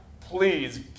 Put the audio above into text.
please